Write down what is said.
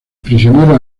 prisionero